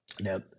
Now